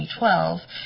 2012